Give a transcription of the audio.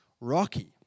rocky